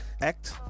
Act